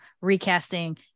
recasting